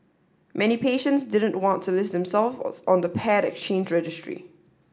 many patients didn't want to list them self was on the paired exchange registry